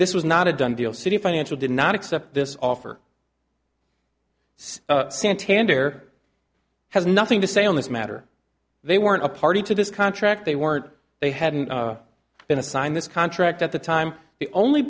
this was not a done deal citi financial did not accept this offer santander has nothing to say on this matter they weren't a party to this contract they weren't they hadn't been assigned this contract at the time the only